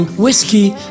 Whiskey